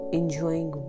enjoying